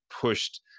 pushed